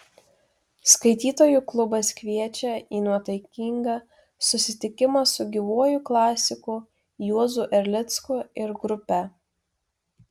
skaitytojų klubas kviečia į nuotaikingą susitikimą su gyvuoju klasiku juozu erlicku ir grupe